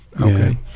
Okay